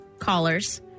Callers